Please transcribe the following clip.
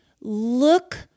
Look